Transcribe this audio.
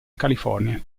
california